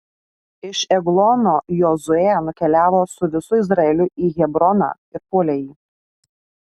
iš eglono jozuė nukeliavo su visu izraeliu į hebroną ir puolė jį